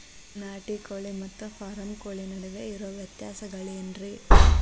ನಾಟಿ ಕೋಳಿ ಮತ್ತ ಫಾರಂ ಕೋಳಿ ನಡುವೆ ಇರೋ ವ್ಯತ್ಯಾಸಗಳೇನರೇ?